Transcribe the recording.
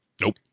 Nope